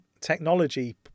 technology